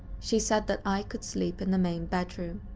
she said that i could sleep in the main bedroom.